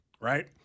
right